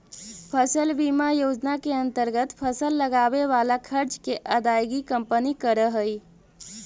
फसल बीमा योजना के अंतर्गत फसल लगावे वाला खर्च के अदायगी कंपनी करऽ हई